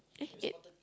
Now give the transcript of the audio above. eh eight